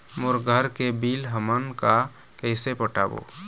मोर घर के बिल हमन का कइसे पटाबो?